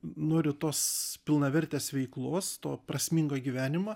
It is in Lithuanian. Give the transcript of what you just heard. noriu tos pilnavertės veiklos to prasmingo gyvenimą